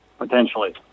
Potentially